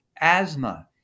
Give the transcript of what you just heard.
asthma